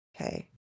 Okay